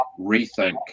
rethink